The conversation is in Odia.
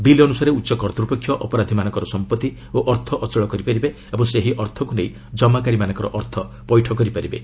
ବିଲ୍ ଅନୁସାରେ ଉଚ୍ଚ କର୍ତ୍ତ୍ୱପକ୍ଷ ଅପରାଧିମାନଙ୍କର ସମ୍ପତ୍ତି ଓ ଅର୍ଥ ଅଚଳ କରିପାରିବେ ଓ ସେହି ଅର୍ଥକୁ ନେଇ ଜମାକାରୀମାନଙ୍କ ଅର୍ଥ ପୈଠ କରିପାରିବେ